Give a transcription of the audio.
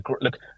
Look